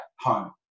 home